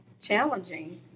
challenging